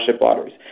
lotteries